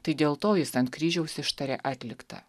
tai dėl to jis ant kryžiaus ištarė atlikta